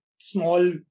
small